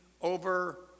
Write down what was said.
over